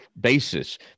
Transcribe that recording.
basis